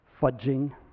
fudging